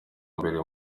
mbere